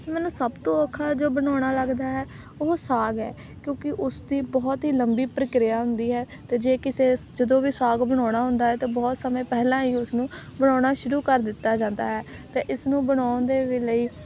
ਮੈਨੂੰ ਸਭ ਤੋਂ ਔਖਾ ਜੋ ਬਣਾਉਣਾ ਲੱਗਦਾ ਹੈ ਉਹ ਸਾਗ ਹੈ ਕਿਉਂਕਿ ਉਸ ਦੀ ਬਹੁਤ ਹੀ ਲੰਬੀ ਪ੍ਰਕਿਰਿਆ ਹੁੰਦੀ ਹੈ ਅਤੇ ਜੇ ਕਿਸੇ ਜਦੋਂ ਵੀ ਸਾਗ ਬਣਾਉਣਾ ਹੁੰਦਾ ਤਾਂ ਬਹੁਤ ਸਮੇਂ ਪਹਿਲਾਂ ਹੀ ਉਸਨੂੰ ਬਣਾਉਣਾ ਸ਼ੁਰੂ ਕਰ ਦਿੱਤਾ ਜਾਂਦਾ ਹੈ ਅਤੇ ਇਸ ਨੂੰ ਬਣਾਉਣ ਦੇ ਲਈ